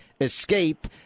escape